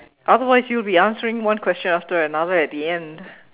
otherwise you will be answering one question after another at the end